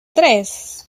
tres